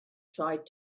tried